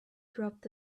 dropped